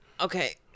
Okay